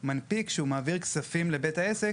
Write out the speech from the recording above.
כשמנפיק מעביר כספים לבית העסק,